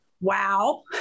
Wow